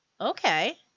Okay